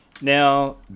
Now